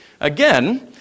again